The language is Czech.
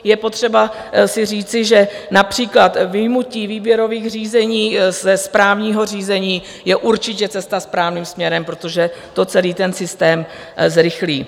Je potřeba si říci, že například vyjmutí výběrových řízení ze správního řízení je určitě cesta správným směrem, protože to celý ten systém zrychlí.